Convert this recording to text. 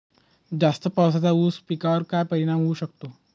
जास्त पावसाचा ऊस पिकावर काय परिणाम होऊ शकतो?